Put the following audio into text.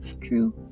true